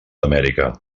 amèrica